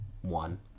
one